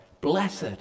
blessed